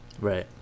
Right